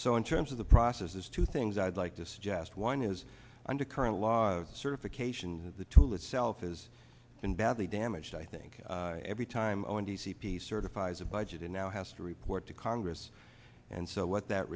so in terms of the process there's two things i'd like to suggest one is under current law certification the tool itself has been badly damaged i think every time when d c p certifies a budget it now has to report to congress and so what that